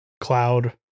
cloud